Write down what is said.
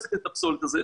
--- ואוספת את הפסולת הזו.